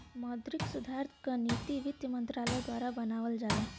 मौद्रिक सुधार क नीति वित्त मंत्रालय द्वारा बनावल जाला